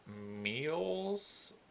meals